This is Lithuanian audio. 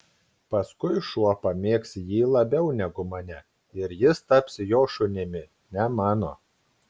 paskui šuo pamėgs jį labiau negu mane ir jis taps jo šunimi ne mano